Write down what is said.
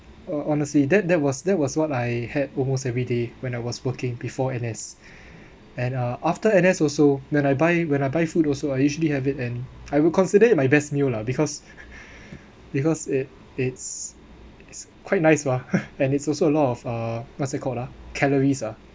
honestly that that was that was what I had almost every day when I was working before N_S and uh after N_S also then I buy when I buy food also I usually have it and I will consider it my best meal lah because because it it's it's quite nice mah and it's also a lot of uh what's it called ah calories ah